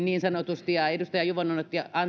niin sanotusti klousiin edustaja juvonen otti